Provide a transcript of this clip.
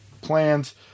plans